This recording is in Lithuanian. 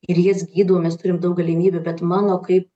ir jas gydau mes turim daug galimybių bet mano kai